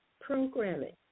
programming